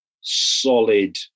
solid